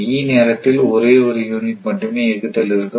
E நேரத்தில் ஒரே ஒரு யூனிட் மட்டுமே இயக்கத்தில் இருக்கும்